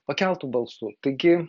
pakeltu balsu taigi